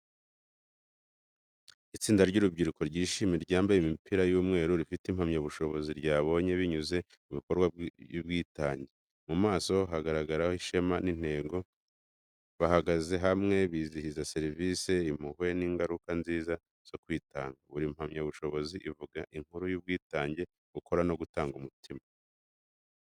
Itsinda ry'urubyiruko ryishimye, ryambaye imipira y'umweru, rifite impamyabushobozi ryabonye binyuze mu bikorwa by’ubwitange. Mu maso habagaragaraho ishema n’intego. Bahagaze hamwe, bizihiza serivisi, impuhwe n’ingaruka nziza zo kwitanga. Buri mpamyabushobozi ivuga inkuru y’ubwitange, gukura no gutanga umutima.